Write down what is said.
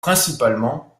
principalement